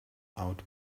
out